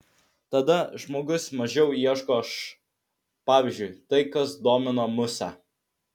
tada žmogus mažiau ieško š pavyzdžiui tai kas domina musę